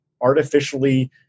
artificially